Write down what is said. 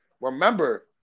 remember